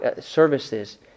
Services